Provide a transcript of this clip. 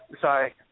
Sorry